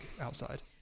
outside